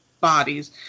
bodies